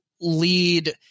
lead